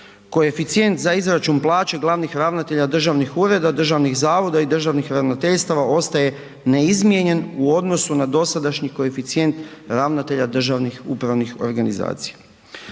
Koeficijent za izračun plaće glavnih ravnatelja državnih ureda, državnih zavoda i državnih ravnateljstava ostaje neizmijenjen u odnosu na dosadašnji koeficijent ravnatelja državnih upravnih organizacija.